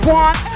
one